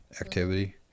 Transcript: activity